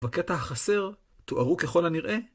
בקטע החסר, תוארו ככל הנראה.